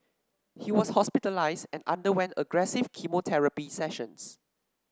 he was hospitalised and underwent aggressive chemotherapy sessions